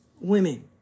Women